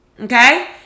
Okay